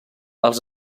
els